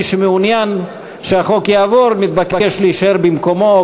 מי שמעוניין שהחוק יעבור מתבקש להישאר במקומו,